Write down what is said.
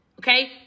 Okay